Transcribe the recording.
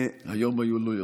היום היו לו יותר.